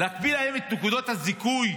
להקפיא להם את נקודות הזיכוי,